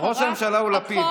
ראש הממשלה הוא לפיד,